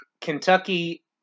Kentucky